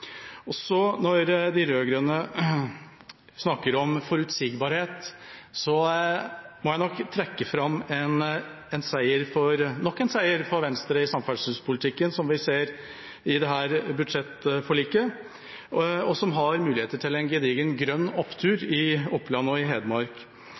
Når de rød-grønne snakker om forutsigbarhet, må jeg trekke fram nok en seier for Venstre i samferdselspolitikken, som vi ser i dette budsjettforliket, og som kan gi muligheter til en gedigen grønn